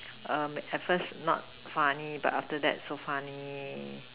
um at first not funny but after that so funny